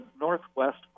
northwest